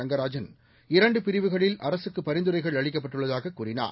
ரங்கராஜன் இரண்டு பிரிவுகளில் அரசுக்கு பரிந்துரைகள் அளிக்கப்பட்டுள்ளதாகக் கூறினார்